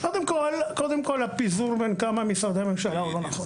קודם כל, הפיזור בין כמה משרדי ממשלה הוא לא נכון.